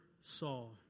Saul